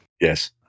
Yes